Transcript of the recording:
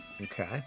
Okay